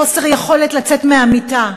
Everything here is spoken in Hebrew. חוסר יכולת לצאת מהמיטה.